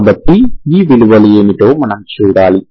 కాబట్టి ఈ విలువలు ఏమిటో మనం చూడాలి